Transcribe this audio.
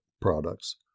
products